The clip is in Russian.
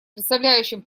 представляющим